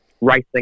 racing